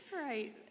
right